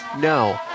No